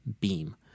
Beam